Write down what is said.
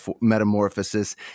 metamorphosis